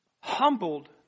humbled